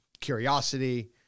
curiosity